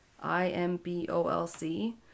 I-M-B-O-L-C